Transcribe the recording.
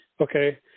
Okay